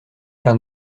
car